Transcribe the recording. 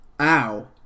ow